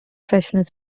freshness